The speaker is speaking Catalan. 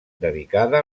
dedicada